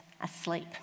asleep